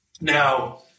Now